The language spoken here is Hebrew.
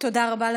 תודה רבה, גברתי.